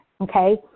Okay